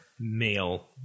male